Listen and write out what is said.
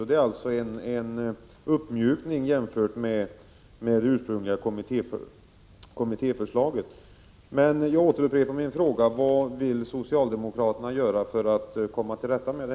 Det är alltså en uppmjukning jämfört med det ursprungliga kommittéförslaget.